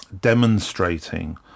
demonstrating